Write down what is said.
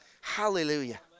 Hallelujah